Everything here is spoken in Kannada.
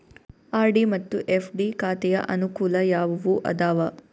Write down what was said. ಆರ್.ಡಿ ಮತ್ತು ಎಫ್.ಡಿ ಖಾತೆಯ ಅನುಕೂಲ ಯಾವುವು ಅದಾವ?